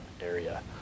area